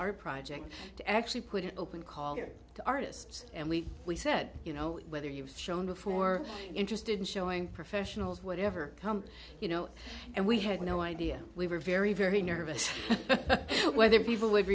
art project to actually put an open call to artists and we we said you know whether you've shown before interested in showing professionals whatever come you know and we had no idea we were very very nervous whether people would